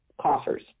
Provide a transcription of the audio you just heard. coffers